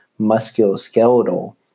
musculoskeletal